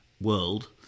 World